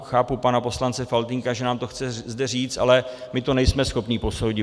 Chápu pana poslance Faltýnka, že nám to chce zde říct, ale my to nejsme schopni posoudit.